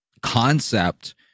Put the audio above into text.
concept